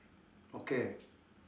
okay